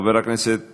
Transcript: חברת הכנסת